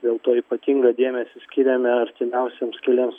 dėl to ypatingą dėmesį skiriame artimiausiems keliems